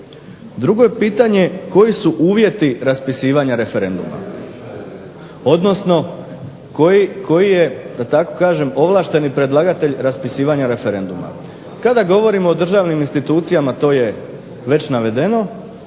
Drugo je pitanje koji su uvjeti raspisivanja referenduma odnosno koji je da tako kažem ovlašteni predlagatelj raspisivanja referenduma? Kada govorimo o državnim institucijama to je već navedeno